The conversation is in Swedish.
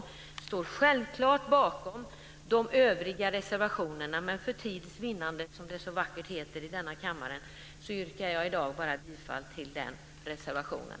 Jag står självklart bakom de övriga reservationerna, men för tids vinnande, som det så vackert heter i denna kammare, yrkar jag i dag bifall bara till den reservationen.